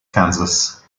kansas